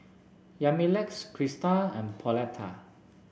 Yamilex Christa and Pauletta